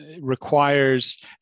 requires